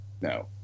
No